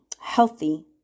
healthy